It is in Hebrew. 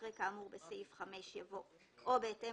אחרי "כאמור בסעיף 5" יבוא "או בהתאם